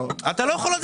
אתה לא יכול לדעת.